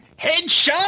HEADSHOT